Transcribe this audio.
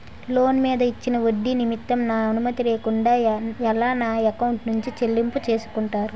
Loan మీద ఇచ్చిన ఒడ్డి నిమిత్తం నా అనుమతి లేకుండా ఎలా నా ఎకౌంట్ నుంచి చెల్లింపు చేసుకుంటారు?